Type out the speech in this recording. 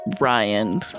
Ryan